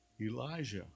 Elijah